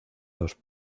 dos